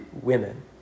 women